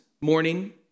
morning